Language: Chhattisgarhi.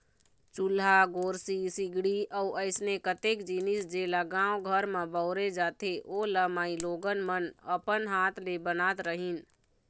चूल्हा, गोरसी, सिगड़ी अउ अइसने कतेक जिनिस जेला गाँव घर म बउरे जाथे ओ ल माईलोगन मन अपन हात ले बनात रहिन